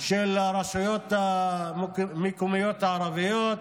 של הרשויות המקומיות הערביות.